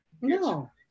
No